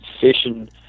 fishing